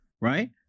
Right